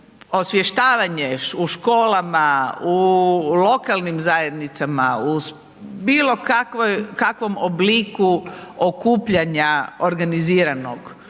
osvještavanje u školama, u lokalnim zajednicama, u bilo kakvom obliku okupljanja organiziranog,